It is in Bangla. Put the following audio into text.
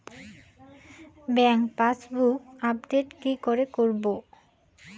ব্যাংক পাসবুক আপডেট কি করে করবো?